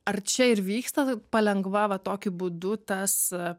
ar čia ir vyksta palengva va tokiu būdu tas a